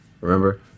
Remember